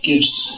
Gives